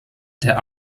der